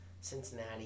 Cincinnati